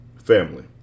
Family